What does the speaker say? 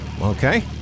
Okay